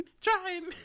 trying